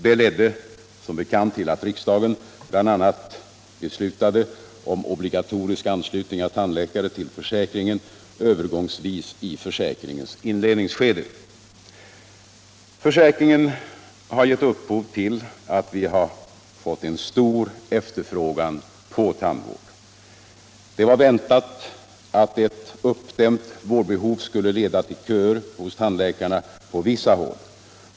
Detta ledde som bekant till att riksdagen bl.a. beslutade om obligatorisk anslutning av tandläkare till försäkringen övergångsvis i försäkringens inledningsskede. Försäkringen har givit upphov till att vi fått en stor efterfrågan på tandvård. Det var väntat att ett uppdämt vårdbehov skulle leda till köer hos tandläkarna på vissa håll.